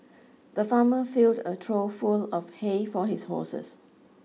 the farmer filled a trough full of hay for his horses